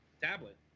tablet